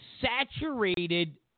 saturated